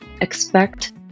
expect